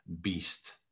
beast